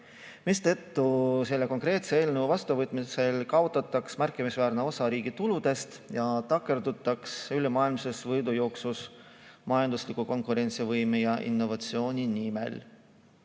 mistõttu selle eelnõu vastuvõtmisel kaotataks märkimisväärne osa riigi tuludest ja takerdutaks ülemaailmses võidujooksus majandusliku konkurentsivõime ja innovatsiooni nimel.